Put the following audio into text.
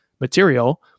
material